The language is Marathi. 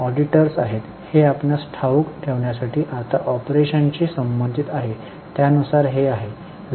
ऑडिटर्स आहेत हे आपणास ठाऊक ठेवण्यासाठी आता ऑपरेशनशी संबंधित आहे त्यानुसार हे आहे